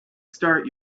start